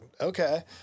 okay